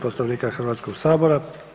Poslovnika Hrvatskog sabora.